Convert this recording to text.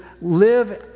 live